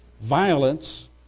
violence